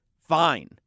fine